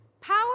Power